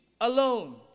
alone